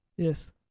Yes